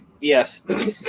yes